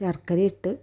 ശർക്കര ഇട്ട്